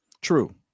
true